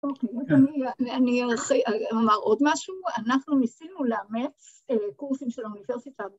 אני אומר עוד משהו, אנחנו ניסינו לאמץ קורסים של האוניברסיטה